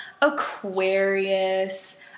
Aquarius